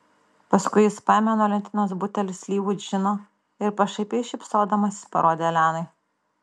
paskui jis paėmė nuo lentynos butelį slyvų džino ir pašaipiai šypsodamasis parodė elenai